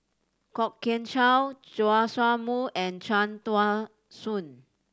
Kwok Kian Chow Joash Moo and Cham Tao Soon